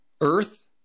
earth